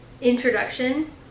introduction